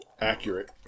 Accurate